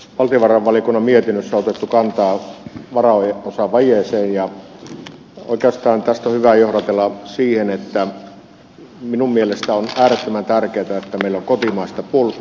valtiovarainvaliokunnan mietinnössä on otettu kantaa varaosavajeeseen ja oikeastaan tästä on hyvä johdatella siihen että minun mielestäni on äärettömän tärkeätä että meillä on kotimaista puolustusteollisuutta